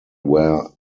where